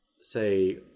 say